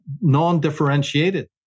non-differentiated